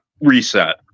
reset